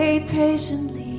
patiently